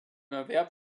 erwerb